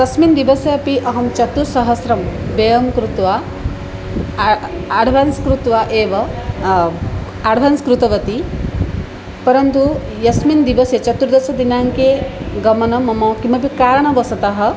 तस्मिन् दिवसे अपि अहं चतुस्सहस्रं व्ययं कृत्वा आ अड्वान्स् कृत्वा एव अड्वान्स् कृतवती परन्तु यस्मिन् दिवसे चतुर्दशदिनाङ्के गमनं मम किमपि कारणवशतः